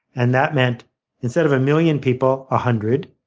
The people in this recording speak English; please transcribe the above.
and that meant instead of a million people, a hundred.